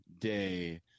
day